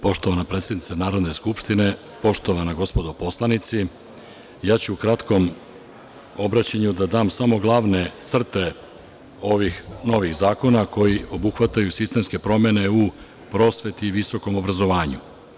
Poštovana predsednice Narodne skupštine, poštovana gospodo poslanici, u kratkom obraćanju daću samo glavne crte ovih novih zakona koji obuhvataju sistemske promene u prosveti i visokom obrazovanju.